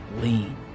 lean